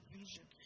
vision